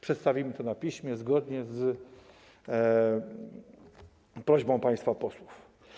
Przedstawimy to na piśmie zgodnie z prośbą państwa posłów.